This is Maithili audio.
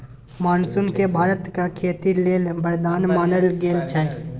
मानसून केँ भारतक खेती लेल बरदान मानल गेल छै